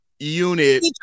unit